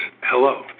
hello